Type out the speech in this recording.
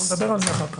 נדבר על זה אחר כך?